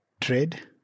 trade